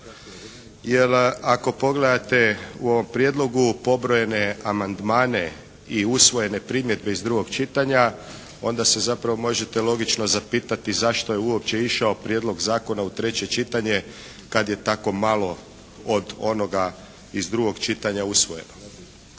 Jel' ako pogledate u ovom prijedlogu pobrojene amandmane i usvojene primjedbe iz drugog čitanja onda se zapravo možete logično zapitati zašto je uopće išao prijedlog zakona u treće čitanje, kad je tako malo od onoga iz drugog čitanja usvojeno.